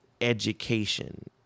education